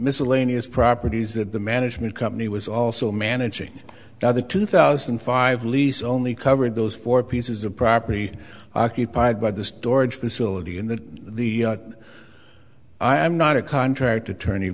miscellaneous properties that the management company was also managing the other two thousand and five lease only covered those four pieces of property occupied by the storage facility and the the i am not a contract attorney